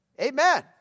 Amen